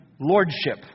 lordship